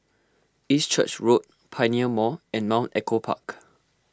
East Church Road Pioneer Mall and Mount Echo Park